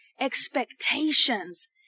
expectations